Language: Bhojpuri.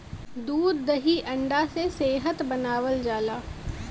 दूध दही अंडा से सेहत बनावल जाला